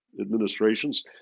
administrations